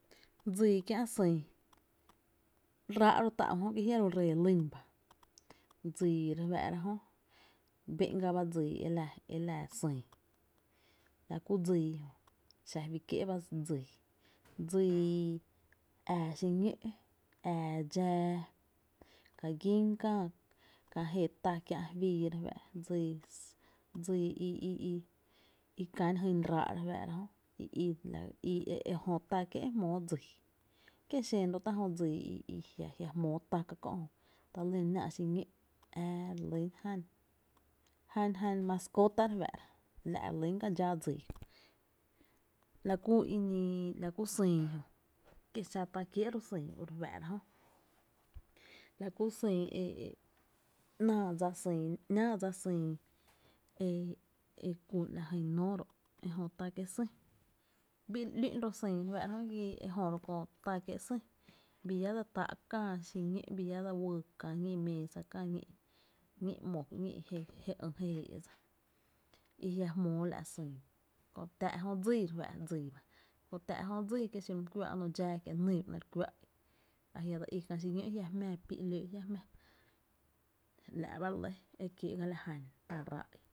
Dsíi kiä’ sÿÿ ráá’ ró tá’ u jö kí jia’ ro ree lýn ba, dsii re fáá’ra jö bé’n ga dsii e la e la sÿÿ la kú dsii jö xa fí kié’ ba dsii dsii ⱥⱥ xi ñó’, ⱥⱥ dxáá, ka gín käá kä jé tá kiä’ fíí re fáá’ra dsi i i i kán jyn ráá’ re fáá’ra jö, i i e jö tá’ kiéé’ e jmoo dsii, kié’ xen ro’ tá’ jö dsii i jia’ jmóó tá ka kö’ jö, ta lýn náá’ xiñó’ äa re lýn jan ja ja mascota re fáá’ra la re lýn ka dxáá dsii, la kú i ni sÿÿ jö ekie’ xa tá kiéé’ ro’ sÿÿ re fáá’ra jö la kú sÿÿ ‘náá dsa sÿÿ, ‘nⱥⱥ dsa sÿÿ e e ku’n jyn nóo ro’ ejö tá kiéé’ sÿÿ bii ‘lún ro’ sÿÿ re fáá’ra jö, ejö ro’ köö tá kiéé’ sÿÿ bii llⱥ dse táá’ kää xiñó’ bii llá dse wyy kää ñí’ meesa ka ñí’ ‘mo je ÿ’ jé éé’ dsa i jia’ jmóo la’ sÿÿ, kö táá’ jö dsíi, dsii bá, köö tá’ jö dsii kie’ xiru my kuá’no dxaáá kié’ nyy ba ‘nɇɇ’ re kuⱥ’ i i a jia’ dse í kää xiñó’ a jia’ jmⱥⱥ pí ‘lóó’ jia’ jmⱥⱥ, la’ ba re lɇ e kiee’ ga la jan tá’ ráá’ i.